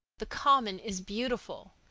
the common is beautiful.